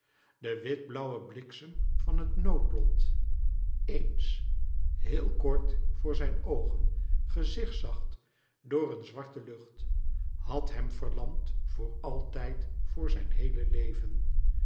de witblauwe bliksem van het noodlot éens heel kort voor zijn oogen gezigzagd door een zwarte lucht had hem verlamd voor zijn heele leven